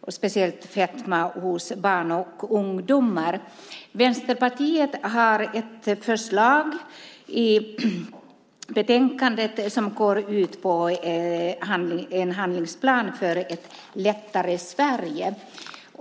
och då speciellt fetma hos barn och ungdomar. Vänsterpartiet har ett förslag i betänkandet som går ut på en handlingsplan för ett lättare Sverige.